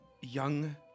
young